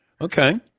okay